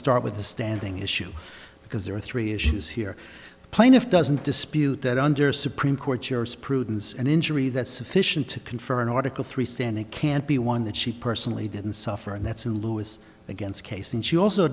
start with the standing issue because there are three issues here the plaintiff doesn't dispute that under supreme court jurisprudence and injury that sufficient to confer an article three standing can't be one that she personally didn't suffer and that's in lewis against case and she also